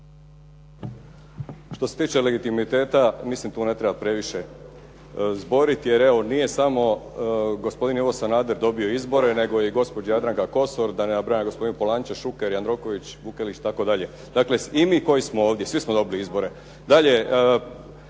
Što se tiče legitimiteta, mislim da tu ne treba previše zboriti, jer evo nije samo gospodin Ivo Sanader dobio izbore, nego i gospođa Jadranka Kosor, da ne nabrajam gospodin Polančec, Šuker, Jandroković, Vukelić itd. dakle i mi koji smo ovdje svi smo dobili izbore.